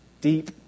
deep